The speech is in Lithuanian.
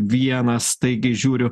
vienas staigiai žiūriu